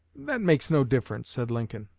that makes no difference, said lincoln.